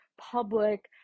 public